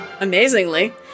amazingly